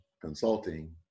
consulting